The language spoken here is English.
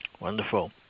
wonderful